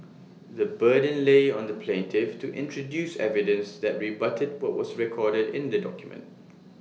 the burden lay on the plaintiff to introduce evidence that rebutted what was recorded in the document